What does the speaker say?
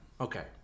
Okay